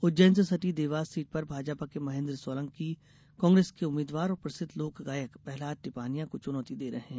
उज्जैन से सटी देवास सीट पर भाजपा के महेंद्र सोलंकी कांग्रेस के उम्मीदवार और प्रसिद्व लोक गायक प्रहलाद टिपानिया को चुनौती दे रहे हैं